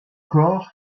corps